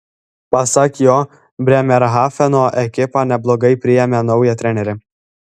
pasak jo brėmerhafeno ekipa neblogai priėmė naują trenerį